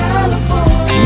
California